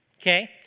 okay